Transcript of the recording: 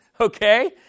okay